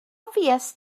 fuest